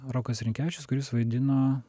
rokas rimkevičius kuris vaidino